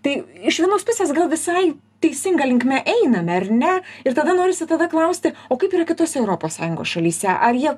tai iš vienos pusės gal visai teisinga linkme einame ar ne ir tada norisi tada klausti o kaip yra kitose europos sąjungos šalyse ar jie